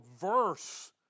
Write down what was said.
verse